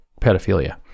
pedophilia